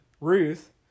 Ruth